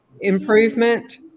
improvement